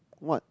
what